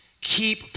Keep